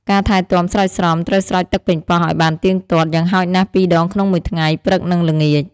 ការថែទាំស្រោចស្រព ត្រូវស្រោចទឹកប៉េងប៉ោះឲ្យបានទៀងទាត់ យ៉ាងហោចណាស់ពីរដងក្នុងមួយថ្ងៃ (ព្រឹក និងល្ងាច)។